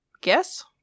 guess